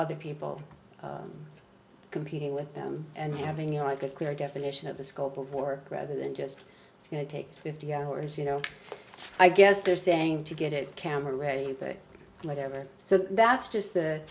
other people competing with them and having you know like a clear definition of the scope of work rather than just you know take fifty hours you know i guess they're saying to get it camera ready whatever so that's just the